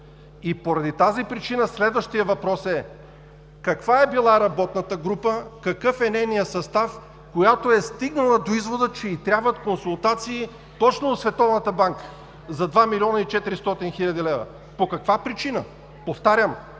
Поради тази причина следващият въпрос е: каква е била работната група, какъв е нейният състав, която е стигнала до извода, че ѝ трябват консултации точно от Световната банка за 2 млн. 400 хил. лв.? По каква причина? Повтарям,